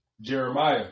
Jeremiah